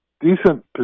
decent